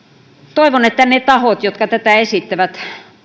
toivon että ne tahot jotka tätä esittävät